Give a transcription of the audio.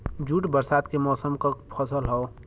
jute बरसात के मौसम क फसल हौ